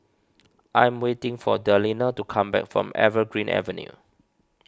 I am waiting for Delina to come back from Evergreen Avenue